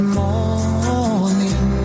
morning